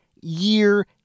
year